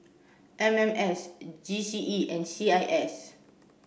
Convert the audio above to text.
M M S G C E and C I S